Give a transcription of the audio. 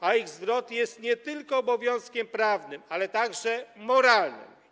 a ich zwrot jest nie tylko obowiązkiem prawnym, ale także moralnym.